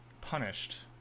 punished